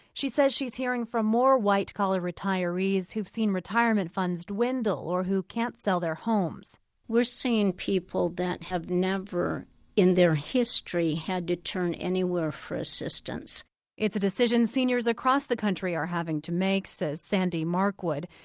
she says she's hearing from more white-collar retirees who've seen retirement funds dwindle or who can't sell their homes we're seeing people that have never in their history had to turn anywhere for assistance it's a decision seniors across the country are having to make, says sandy markwood.